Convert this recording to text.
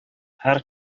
һәр